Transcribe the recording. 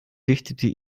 dichtete